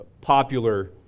popular